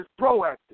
proactive